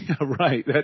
right